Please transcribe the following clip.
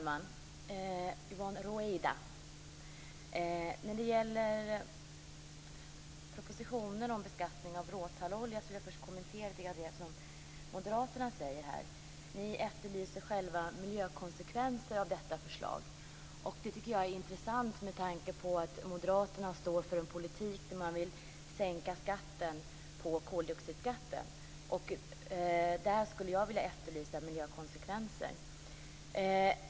Herr talman! När det gäller propositionen om beskattning av råtallolja vill jag först kommentera lite av det som moderaterna säger. Ni efterlyser själva miljökonsekvenser av detta förslag. Det tycker jag är intressant med tanke på att moderaterna står för en politik som syftar till en sänkning av skatten på koldioxid. Där skulle jag vilja efterlysa miljökonsekvenser.